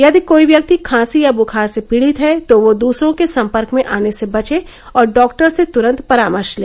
यदि कोई व्यक्ति खांसी या बुखार से पीडित है तो वह दूसरों के संपर्क में आने से बचे और डॉक्टर से त्रंत परामर्श ले